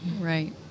Right